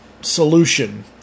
solution